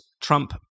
Trump